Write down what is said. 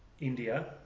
India